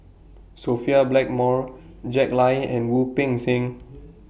Sophia Blackmore Jack Lai and Wu Peng Seng